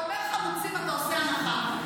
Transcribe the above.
כשאתה אומר "חמוצים" אתה עושה הנחה,